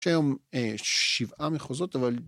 יש היום שבעה מחוזות אבל